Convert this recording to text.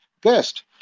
guest